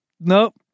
Nope